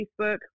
Facebook